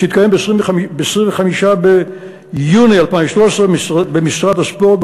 שתתקיים ב-25 ביוני 2013 במשרד הספורט,